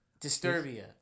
Disturbia